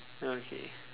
okay